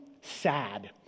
sad